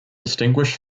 distinguished